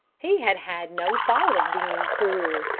he had had no thought of being cruel.